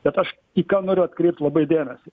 bet aš į ką noriu atkreipt labai dėmesį